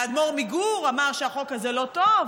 והאדמו"ר מגור אמר שהחוק הזה לא וטוב,